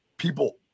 People